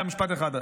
משפט אחד.